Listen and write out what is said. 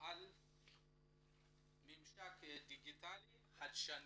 בעל ממשק דיגיטלי חדשני.